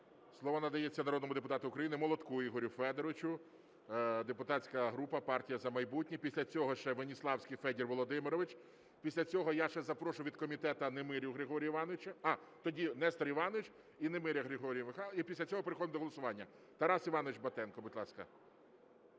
Слово надається народному депутату України Молотку Ігорю Федоровичу, депутатська група "Партія "За майбутнє". Після цього ще Веніславський Федір Володимирович, після цього я ще запрошу від комітету Немирю Григорія Михайловича, тоді Нестор Іванович і Немиря Григорій Михайлович, і після цього переходимо до голосування. Тарас Іванович Батенко, будь ласка.